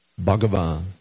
Bhagavan